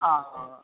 ആ ആ